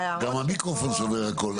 גם המיקרופון סובל הכול.